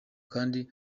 kandi